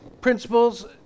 principles